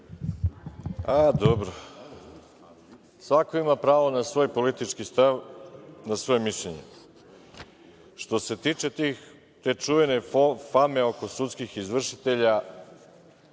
Dobro, svako ima pravo na svoj politički stav, na svoje mišljenje. Što se tiče te čuvene fame oko sudskih izvršitelja,